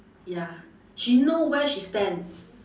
ya she know where she stands